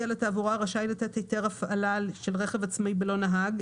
על התעבורה רשאי לתת היתר להפעלה של רכב עצמאי בלא נהג,